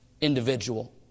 individual